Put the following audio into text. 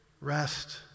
rest